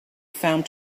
found